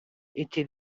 était